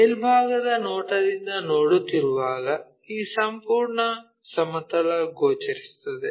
ಮೇಲ್ಭಾಗದ ನೋಟದಿಂದ ನೋಡುತ್ತಿರುವಾಗ ಈ ಸಂಪೂರ್ಣ ಸಮತಲ ಗೋಚರಿಸುತ್ತದೆ